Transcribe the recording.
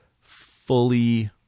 fully